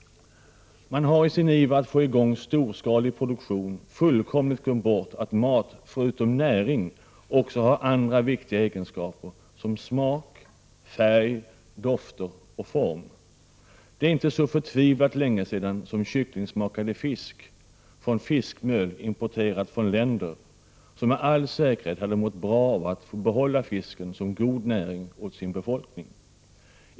Man har i sin iver att få i gång storskalig produktion fullkomligt glömt bort att mat förutom näring också har andra viktiga egenskaper som smak, färg, dofter och form. Det är inte så förtvivlat länge sedan som kyckling smakade fisk från fiskmjöl importerat från länder som med all säkerhet hade mått bra av att få behålla fisken som god näring åt sin befolkning.